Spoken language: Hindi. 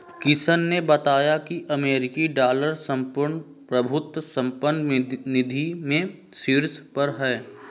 किशन ने बताया की अमेरिकी डॉलर संपूर्ण प्रभुत्व संपन्न निधि में शीर्ष पर है